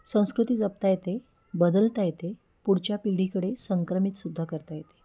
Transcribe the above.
संस्कृती जपता येते बदलता येते पुढच्या पिढीकडे संक्रमितसुद्धा करता येते